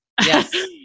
Yes